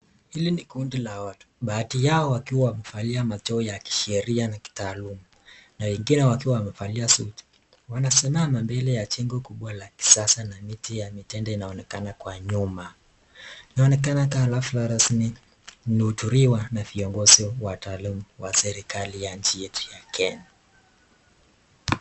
Hili ni kundi la watu ,baadhi yao wakiwa wamevalia mavazi ya kisheria na kitaaluma na wengine wakiwa wamevalia suti. Wamesimama mbele ya jengo kubwa la kisasa na miti ya mitende inaonekana kwa nyuma, inaonekana kaa ni rasmi iliyohudhuliwa na viongozi wataalum wa serikali yetu ya Kenya.